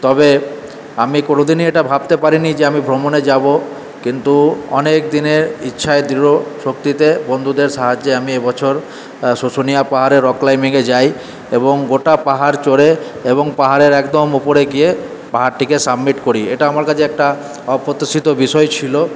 তবে আমি কোনোদিনই এটা ভাবতে পারিনি যে আমি ভ্রমণে যাবো কিন্তু অনেকদিনের ইচ্ছায় দৃঢ়শক্তিতে বন্ধুদের সাহায্যে আমি এবছর শুশুনিয়া পাহাড়ের রক ক্লাইম্বিংয়ে যাই এবং গোটা পাহাড় চড়ে এবং পাহাড়ের একদম উপরে গিয়ে পাহাড়টিকে সামিট করি এটা আমার কাছে একটা অপ্রত্যাশিত বিষয় ছিলো